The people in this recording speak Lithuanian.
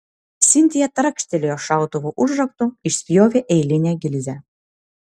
sintija trakštelėjo šautuvo užraktu išspjovė eilinę gilzę